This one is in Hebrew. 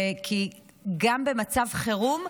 כי גם במצב חירום,